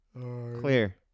Clear